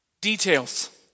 details